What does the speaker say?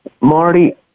Marty